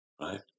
right